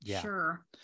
sure